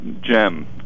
gem